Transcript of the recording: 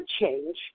change